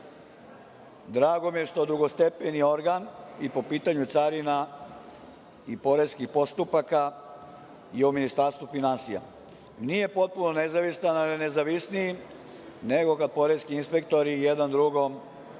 drago mi je što drugostepeni organ i po pitanju carina i poreskih postupaka i u Ministarstvu finansija nije potpuno nezavistan, ali je nezavisniji nego kad poreski inspektori jedan drugom